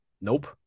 Nope